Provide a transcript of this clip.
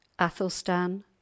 Athelstan